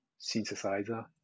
synthesizer